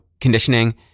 conditioning